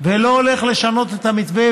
לא הולך לשנות את המתווה,